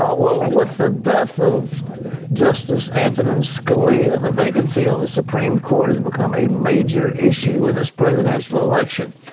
ah with with the death of justice antonin scalia, the vacancy on the supreme court has become a major issue in this presidential election.